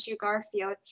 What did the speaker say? Garfield